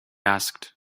asked